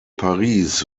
paris